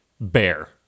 bear